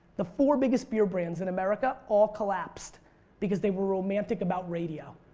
the four biggest beer brands in america all collapsed because they were romantic about radio.